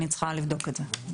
אני צריכה לבדוק את זה.